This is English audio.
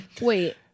Wait